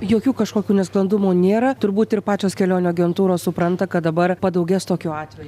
jokių kažkokių nesklandumų nėra turbūt ir pačios kelionių agentūros supranta kad dabar padaugės tokių atvejų